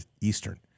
Eastern